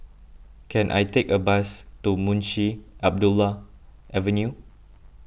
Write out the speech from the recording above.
can I take a bus to Munshi Abdullah Avenue